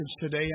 today